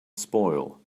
spoil